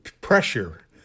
pressure